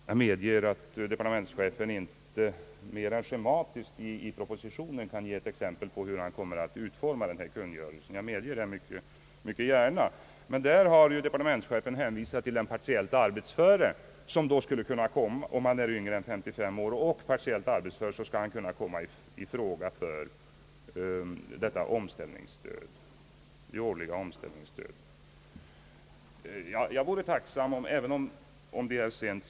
Jag medger att departementschefen inte i propositionen kan närmare ange hur han kommer att utforma kungörelsen, men departementschefen har hänvisat till de partiellt arbetsföra och menat, att den som är yngre än 55 år skulle kunna komma i fråga för det årliga omställningsstödet, om han kunde jämföras med denna kategori.